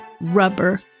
rubber